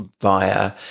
via